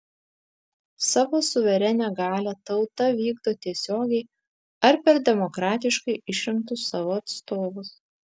savo suverenią galią tauta vykdo tiesiogiai ar per demokratiškai išrinktus savo atstovus